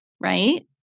right